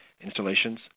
installations